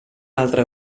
altre